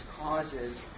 causes